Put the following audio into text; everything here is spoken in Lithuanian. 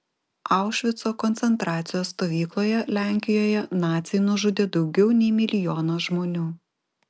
aušvico koncentracijos stovykloje lenkijoje naciai nužudė daugiau nei milijoną žmonių